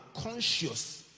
conscious